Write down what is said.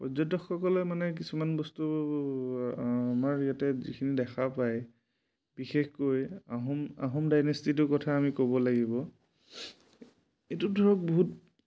পৰ্যটকসকলে মানে কিছুমান বস্তু আমাৰ ইয়াতে যিখিনি দেখা পায় বিশেষকৈ আহোম আহোম ডাইনেষ্টিটোৰ কথা আমি ক'ব লাগিব এইটো ধৰক বহুত